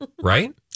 Right